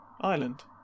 Island